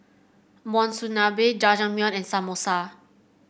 Monsunabe Jajangmyeon and Samosa